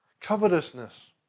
covetousness